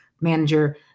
manager